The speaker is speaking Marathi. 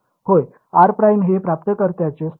होय r ′ हे प्राप्तकर्त्याचे स्थान आहे